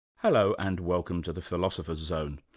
hello and welcome to the philosopher's zone,